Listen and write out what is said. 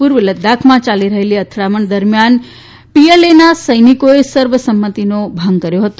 પૂર્વ લદ્દાખમાં યાલી રહેલી અથડામણ દરમિયાન પીએલએના સૈનિકોએ સર્વસંમતિનો ભંગ કર્યો હતો